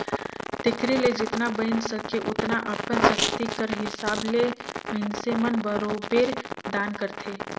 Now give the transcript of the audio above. तेकरे ले जेतना बइन सके ओतना अपन सक्ति कर हिसाब ले मइनसे मन बरोबेर दान करथे